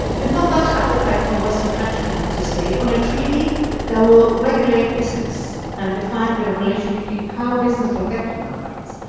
but not much appetite from western countries, i have to say, on a treaty that will regulate business and define the relation between how business protect human rights.